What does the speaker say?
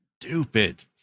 stupid